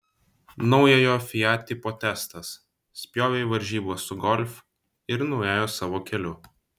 naujojo fiat tipo testas spjovė į varžybas su golf ir nuėjo savo keliu